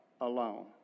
alone